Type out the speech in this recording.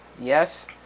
yes